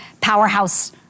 powerhouse